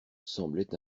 semblait